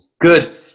Good